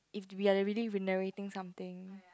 if we are already narrating something